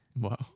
Wow